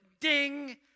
ding